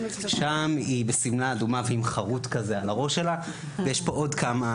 שם היא בשמלה אדומה ועם חרוט כזה על הראש שלה ויש פה עוד כמה,